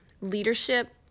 leadership